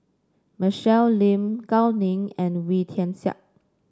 Michelle Lim Gao Ning and Wee Tian Siak